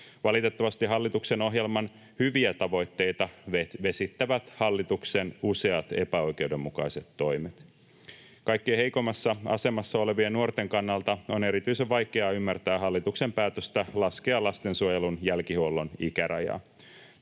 Valitettavasti hallituksen ohjelman hyviä tavoitteita vesittävät hallituksen useat epäoikeudenmukaiset toimet. Kaikkein heikoimmassa asemassa olevien nuorten kannalta on erityisen vaikea ymmärtää hallituksen päätöstä laskea lastensuojelun jälkihuollon ikärajaa.